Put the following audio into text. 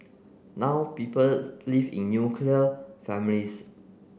now people live in nuclear families